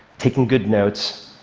taking good notes.